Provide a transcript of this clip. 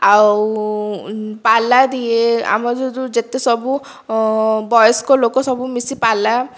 ଆଉ ପାଲା ଦିଏ ଆମ ଯେଉଁ ଯେତେ ସବୁ ବୟସ୍କ ଲୋକ ସବୁ ମିଶି ପାଲା